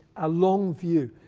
a long view,